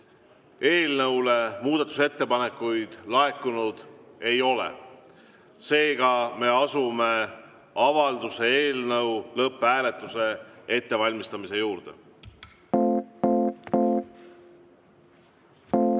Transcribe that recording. kohta muudatusettepanekuid laekunud ei ole. Me asume avalduse eelnõu lõpphääletuse ettevalmistamise juurde. Head